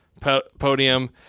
podium